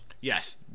Yes